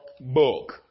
book